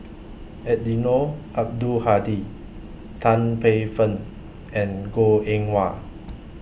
Eddino Abdul Hadi Tan Paey Fern and Goh Eng Wah